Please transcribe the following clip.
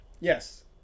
Yes